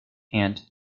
and